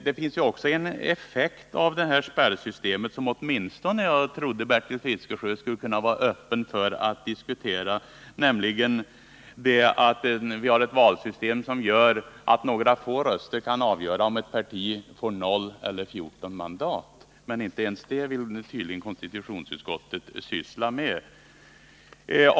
Det finns också en effekt av det här spärrsystemet som jag trodde att Bertil Fiskesjö åtminstone skulle kunna vara öppen för att diskutera, nämligen att några få röster kan avgöra om ett parti får noll eller 14 mandat. Men inte ens det vill tydligen konstitutionsutskottet syssla med.